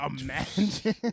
imagine